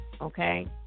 Okay